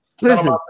listen